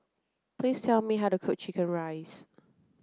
please tell me how to cook chicken rice